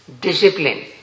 discipline